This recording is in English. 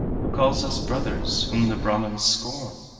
who calls us brothers, whom the brahmans scorn?